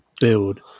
build